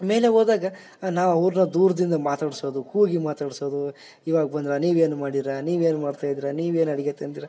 ಮೇಲೆ ಹೋದಾಗ ನಾವು ಅವ್ರನ್ನ ದೂರದಿಂದ ಮಾತಾಡ್ಸೋದು ಕೂಗಿ ಮಾತಾಡ್ಸೋದು ಇವಾಗ ಬಂದ್ರಾ ನೀವೇನು ಮಾಡಿರಾ ನೀವೇನು ಮಾಡ್ತಾ ಇದ್ರಾ ನೀವೇನು ಅಡುಗೆ ತಿಂದ್ರಾ